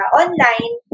online